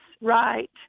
right